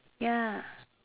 ya